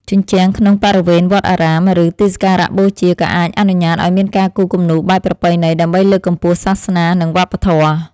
ជញ្ជាំងក្នុងបរិវេណវត្តអារាម ឬទីសក្ការៈបូជា ក៏អាចអនុញ្ញាតឱ្យមានការគូរគំនូរបែបប្រពៃណីដើម្បីលើកកម្ពស់សាសនា និងវប្បធម៌។